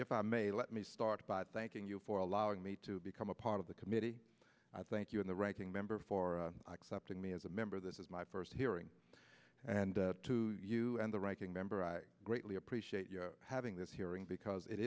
if i may let me start by thanking you for allowing me to become a part of the committee i thank you and the ranking member for accepting me as a member this is my first hearing and to you and the ranking member i greatly appreciate your having this hearing because it